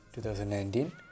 2019